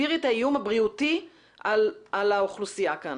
תסבירי את האיום הבריאותי על האוכלוסייה כאן.